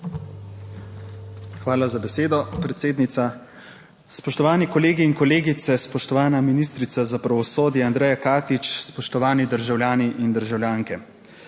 Hvala za besedo, predsednica. Spoštovani kolegi in kolegice, spoštovana ministrica za pravosodje Andreja Katič, spoštovani državljani in državljanke!